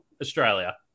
Australia